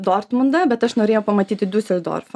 dortmundą bet aš norėjau pamatyti diuseldorfą